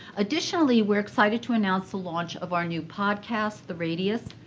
additionally, we're excited to announce the launch of our new podcast, the radius.